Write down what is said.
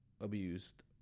abused